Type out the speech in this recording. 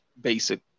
basic